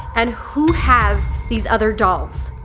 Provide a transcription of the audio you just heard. and who has these other dolls.